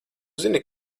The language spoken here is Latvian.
zini